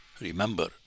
Remember